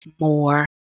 more